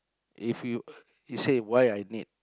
if you you say why I need